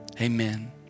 amen